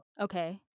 Okay